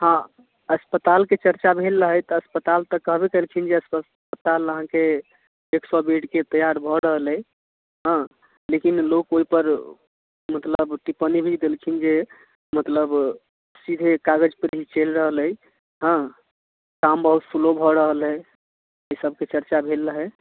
हँ अस्पतालके चर्चा भेल रहै तऽअस्पताल तऽ कहबे केलखिन जे अस्पताल अहाँके एक सए बेडके तैआर भऽ रहल अइ हँ लेकिन लोक ओहिपर मतलब टिप्पणी भी देलखिन जे मतलब सीधे कागजपर ई चलि रहल अइ हँ काम बहुत स्लो भऽ रहल अइ ई सबके चर्चा भेल रहै